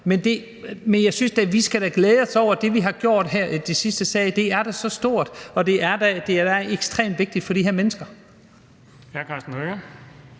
men jeg synes da, vi skal glæde os over det, vi har gjort her. Det er da så stort, og det er da ekstremt vigtigt for de her mennesker.